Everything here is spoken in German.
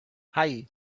hei